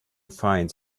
finds